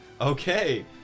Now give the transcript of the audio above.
Okay